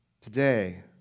today